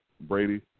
Brady